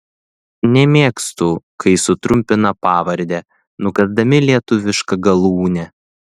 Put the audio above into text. nemėgstu kai sutrumpina pavardę nukąsdami lietuvišką galūnę